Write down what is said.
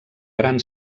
gran